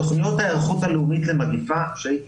בתוכניות ההיערכות הלאומית למגפה שהייתי